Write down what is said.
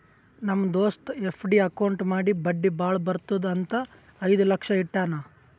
ನಮ್ ದೋಸ್ತ FD account ಮಾಡಿ ಬಡ್ಡಿ ಭಾಳ ಬರ್ತುದ್ ಅಂತ್ ಐಯ್ದ ಲಕ್ಷ ಇಟ್ಟಾನ್